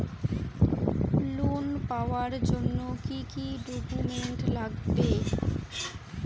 Loan পাওয়ার জন্যে কি কি ডকুমেন্ট লাগবে?